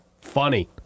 funny